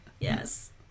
yes